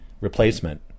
Replacement